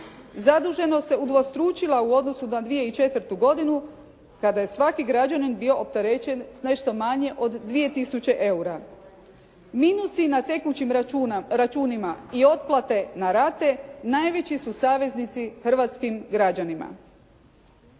Zaduženost se udvostručila u odnosu na 2004. godinu kada je svaki građanin bio opterećen sa nešto manje od 2 tisuće eura. Minusi na tekućim računima i otplate na rate najveći su saveznici hrvatskim građanima.